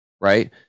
right